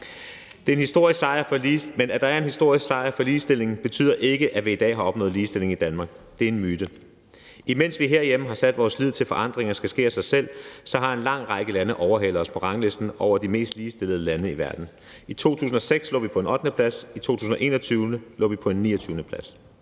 Men at der er en historisk sejr for ligestillingen, betyder ikke, at vi i dag har opnået ligestilling i Danmark. Det er en myte. Imens vi herhjemme har sat vores lid til, at forandringer skal ske af sig selv, har en lang række lande overhalet os på ranglisten over de mest ligestillede lande i verden. I 2006 lå vi på en 8.-plads, i 2021 lå vi på en 29.-plads.